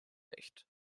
nicht